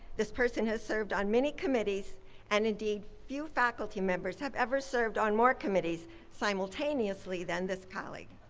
this person has served on many committees and indeed few faculty members have ever served on more committees simultaneously than this colleague.